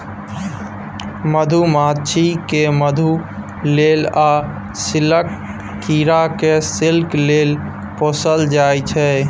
मधुमाछी केँ मधु लेल आ सिल्कक कीरा केँ सिल्क लेल पोसल जाइ छै